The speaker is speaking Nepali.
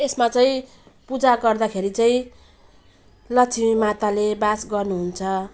यसमा चाहिँ पूजा गर्दाखेरि चाहिँ लक्ष्मी माताले वास गर्नु हुन्छ